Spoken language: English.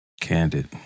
Candid